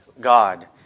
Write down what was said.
God